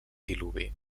diluvi